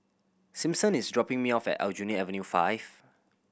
Simpson is dropping me off at Aljunied Avenue Five